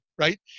right